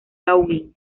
gauguin